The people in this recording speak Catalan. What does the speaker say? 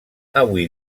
avui